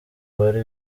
bari